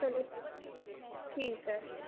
ਚਲੋ ਠੀਕ ਹੈ